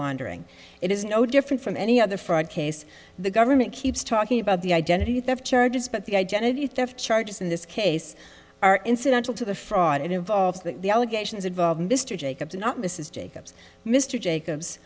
laundering it is no different from any other fraud case the government keeps talking about the identity theft charges but the identity theft charges in this case are incidental to the fraud it involves the allegations involving mr jacobs not mrs jacobs mr jacob